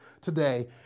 today